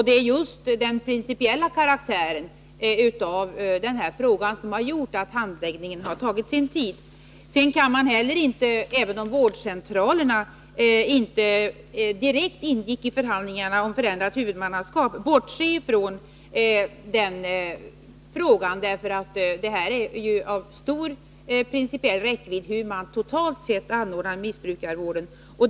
Det är just den principiella karaktären av frågan som har gjort att handläggningen har tagit sin tid. Även om vårdcentralerna inte direkt ingick i förhandlingarna om förändrat huvudmannaskap kan man i det här sammanhanget inte bortse från den frågan. Det är av stor principiell räckvidd hur man totalt sett anordnar missbrukarvården.